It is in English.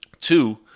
Two